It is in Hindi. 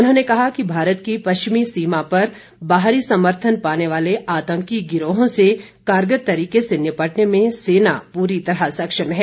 उन्होंने कहा कि भारत की पश्चिमी सीमा पर बाहरी समर्थन पाने वाले आतंकी गिरोहों से कारगर तरीके से निपटने में सेना पूरी तरह सक्षम है